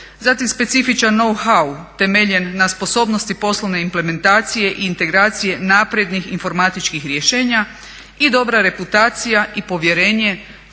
Zatim specifičan know-how temeljem na sposobnosti poslovne implementacije i integracije naprednih informatičkih rješenja i dobra reputacija i povjerenje